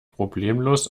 problemlos